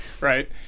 Right